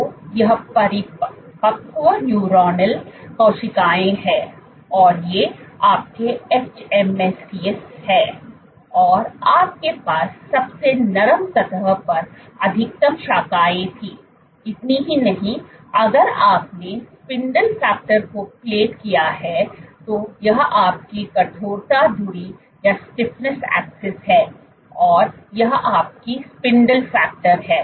तो यह परिपक्व न्यूरोनल कोशिकाएं हैं और ये आपके hMSCs हैं और आपके पास सबसे नरम सतह पर अधिकतम शाखाएं थीं इतना ही नहीं अगर आपने स्पिंडल फैक्टर को प्लॉट किया है तो यह आपकी कठोरता धुरी है और यह आपकी स्पिंडल फैक्टर है